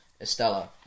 Estella